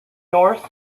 north